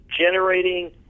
generating